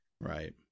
Right